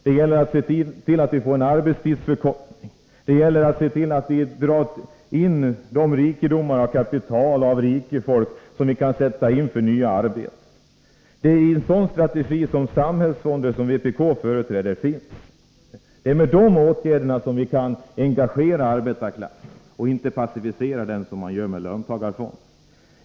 Det gäller att se till att vi får en arbetstidsförkortning. Det gäller att se till att vi drar in de rikedomar och det kapital från rikt folk som kan sättas in för nya arbeten. Det är i en sådan strategi som de samhällsfonder som vpk företräder finns. Det är med dessa åtgärder vi kan engagera arbetarklassen och inte passivera den som man gör med löntagarfonder.